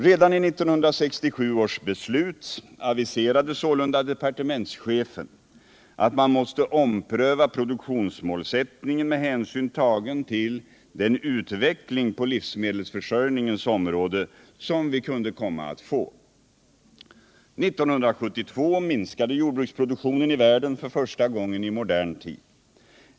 Redan i 1967 års beslut aviserade sålunda departementschefen att man måste ompröva produktionsmålsättningen med hänsyn tagen till den utveckling på livsmedelsförsörjningens område som vi kunde komma att få. 1972 minskade jordbruksproduktionen i världen för första gången i modern tid.